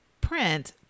print